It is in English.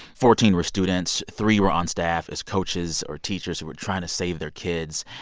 fourteen were students. three were on staff as coaches or teachers who were trying to save their kids.